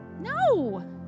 No